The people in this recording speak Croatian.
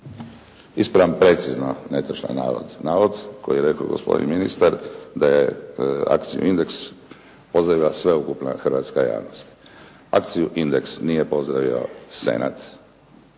Ispravljam precizno netočan navod, navod koji je rekao gospodin ministar da je akciju “Indeks“ pozdravila sveukupna hrvatska javnost. Akciju “Indeks“ nije pozdravio Senat